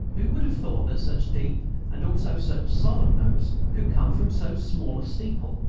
who would have thought that such deep, and also such solemn, notes could come from so small a steeple?